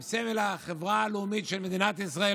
עם סמל החברה הלאומית של מדינת ישראל.